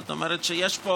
זאת אומרת שיש פה